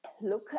look